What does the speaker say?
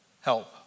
help